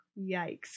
yikes